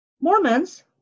Mormons